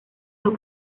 los